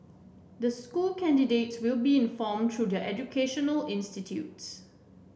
the school candidates will be informed through their educational institutes